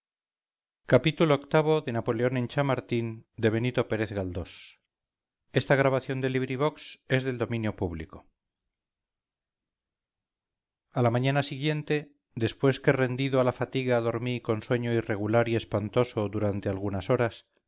xxvii xxviii xxix napoleón en chamartín de benito pérez galdós a la mañana siguiente después que rendido a la fatiga dormí con sueño irregular y espantoso durante algunas horas